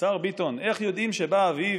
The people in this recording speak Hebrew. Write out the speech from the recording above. השר ביטון, איך יודעים שבא אביב?